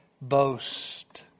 boast